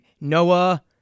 Noah